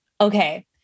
Okay